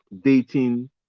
dating